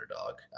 underdog